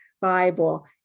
Bible